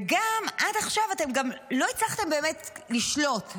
ועד עכשיו לא הצלחתם באמת לשלוט.